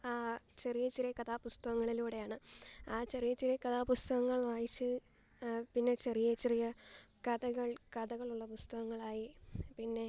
ആ ചെറിയ ചെറിയ കഥാപുസ്തകങ്ങളിലൂടെയാണ് ആ ചെറിയ ചെറിയ കഥാപുസ്തകങ്ങള് വായിച്ച് പിന്നെ ചെറിയ ചെറിയ കഥകള് കഥകളുള്ള പുസ്തകങ്ങളായി പിന്നെ